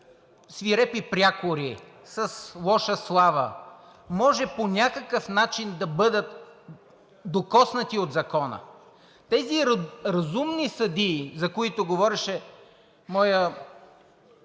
свирепи прякори, с лоша слава може по някакъв начин да бъдат докоснати от закона. С тези разумни съдии, за които говореше моят,